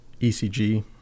ECG